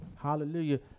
Hallelujah